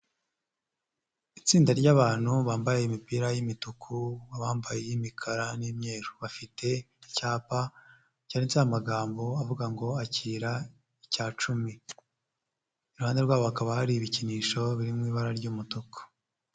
Itsinda ry'abantu bambaye imipira y'imituku, abambaye iy'imikara n'imyeru, bafite icyapa cyanditseho amagambo avuga ngo akira icyacumi, iruhande rwabo hakaba hari ibikinisho biri mu ibara ry'umutuku.